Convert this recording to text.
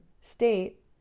state